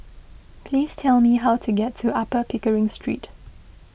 please tell me how to get to Upper Pickering Street